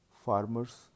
farmers